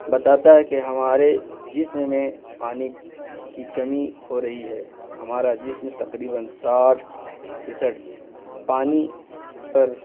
بتاتا ہے کہ ہمارے جسم میں پانی کی کمی ہو رہی ہے ہمارا جسم تقریباً ساٹھ پیصڑ پانی پر